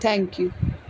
thank you